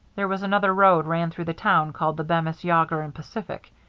there was another road ran through the town, called the bemis, yawger and pacific.